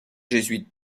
jésuite